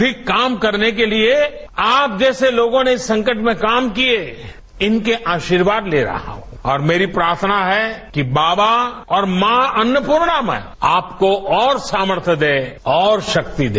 अधिक काम करने के लिए आप जैसे लोगों ने संकट में काम किये इनके आशीर्वाद ले रहा हूं और मेरी प्रार्थना है कि बाबा और मां अन्नपूर्णामय आपको और सामर्थय दे और शक्ति दे